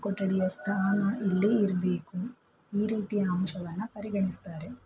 ಕೊಠಡಿಯ ಸ್ಥಾನ ಇಲ್ಲೇ ಇರಬೇಕು ಈ ರೀತಿಯ ಅಂಶವನ್ನು ಪರಿಗಣಿಸ್ತಾರೆ